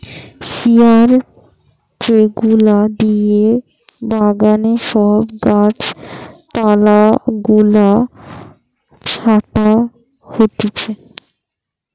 শিয়ার যেগুলা দিয়ে বাগানে সব গাছ পালা গুলা ছাটা হতিছে